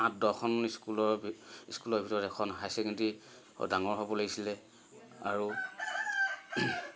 আঠ দশখন স্কুলৰ স্কুলৰ ভিতৰত এখন হাই ছেকেণ্ডেৰী ডাঙৰ হ'ব লাগিছিলে আৰু